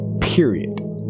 period